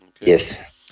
yes